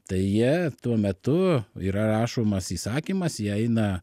tai jie tuo metu yra rašomas įsakymas į ją eina